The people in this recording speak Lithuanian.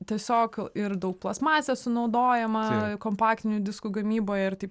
tiesiog ir daug plastmasės sunaudojama kompaktinių diskų gamyboje ir